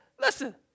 Listen